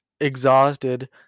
exhausted